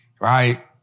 right